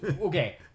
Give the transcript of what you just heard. okay